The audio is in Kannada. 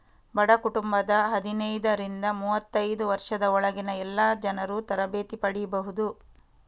ಬಡ ಕುಟುಂಬದ ಹದಿನೈದರಿಂದ ಮೂವತ್ತೈದು ವರ್ಷದ ಒಳಗಿನ ಎಲ್ಲಾ ಜನರೂ ತರಬೇತಿ ಪಡೀಬಹುದು